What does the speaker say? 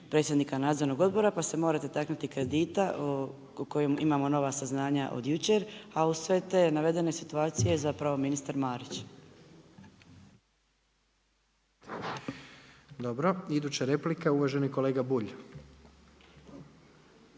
predsjednika Nadzornog odbora, pa se morate taknuti kredita o kojem imamo nova saznanja od jučer. A uz sve te navedene situacije zapravo ministar Marić. **Jandroković, Gordan (HDZ)** Iduća replika uvaženi kolega Bulj.